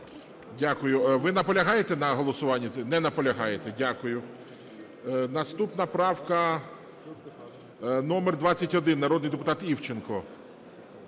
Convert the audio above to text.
Дякую. Ви наполягаєте на голосуванні? Не наполягаєте. Дякую. Наступна правка номер 21, народний депутат Івченко.